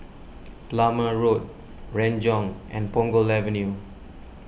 Plumer Road Renjong and Punggol Avenue